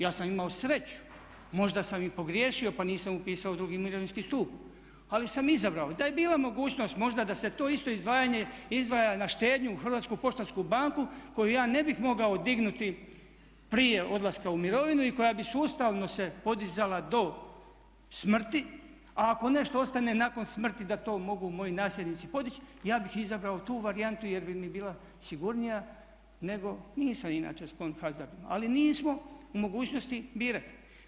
Ja sam imao sreću, možda sam i pogriješio pa nisam upisao drugi mirovinski stup, ali sam izabrao da je bila mogućnost možda da se to isto izdvajanje izdvaja na štednju u Hrvatsku poštansku banku koju ja ne bih mogao dignuti prije odlaska u mirovinu i koja bi sustavno se podizala do smrti, a ako nešto ostane nakon smrti da to mogu moji nasljednici podići, ja bih izabrao tu varijantu jer bi mi bila sigurnija nego nisam inače sklon hazardima, ali nismo u mogućnosti birati.